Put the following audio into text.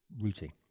routing